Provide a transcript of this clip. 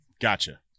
Gotcha